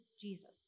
Jesus